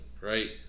right